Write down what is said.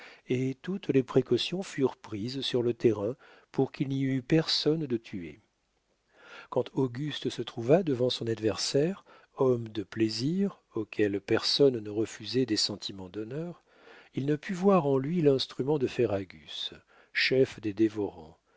et toutes les précautions furent prises sur le terrain pour qu'il n'y eût personne de tué quand auguste se trouva devant son adversaire homme de plaisir auquel personne ne refusait des sentiments d'honneur il ne put voir en lui l'instrument de ferragus chef des dévorants